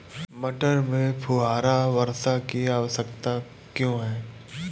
मटर में फुहारा वर्षा की आवश्यकता क्यो है?